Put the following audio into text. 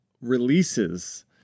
releases